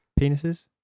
penises